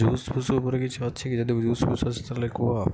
juice ଫୁସ ଉପରେ କିଛି ଅଛି କି ଯଦି ଜୁସ ଫୁସ ଅଛି ତାହେଲେ କୁହ